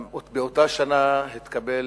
באותה שנה גם התקבל